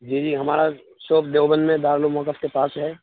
جی جی ہمارا شاپ دیوبند میں دارالعلوم وقف کے پاس ہے